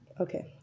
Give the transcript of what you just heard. okay